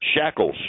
shackles